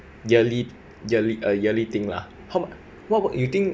yearly yearly uh yearly thing lah how mu~ what what you think